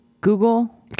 Google